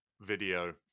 video